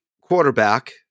quarterback